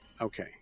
okay